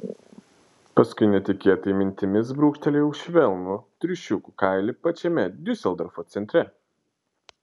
paskui netikėtai mintimis brūkštelėjau švelnų triušiukų kailį pačiame diuseldorfo centre